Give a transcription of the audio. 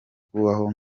kubaho